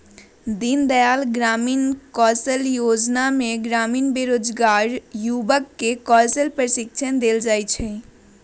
दीनदयाल ग्रामीण कौशल जोजना में ग्रामीण बेरोजगार जुबक के कौशल प्रशिक्षण देल जाइ छइ